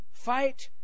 Fight